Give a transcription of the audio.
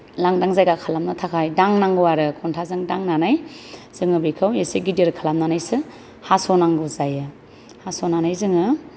लांदां जायगा खालामनो थाखाय दांनांगौ आरो खन्थाजों दांनांनै जोङो बेखौ एसे गिदिर खालामनानैसो हास'नांगौ जायो हास'नानै जोङो